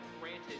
granted